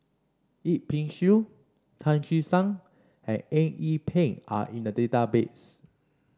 Yip Pin Xiu Tan Che Sang and Eng Yee Peng are in the database